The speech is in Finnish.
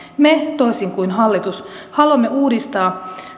me toisin kuin hallitus haluamme uudistaa